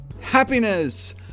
happiness